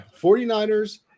49ers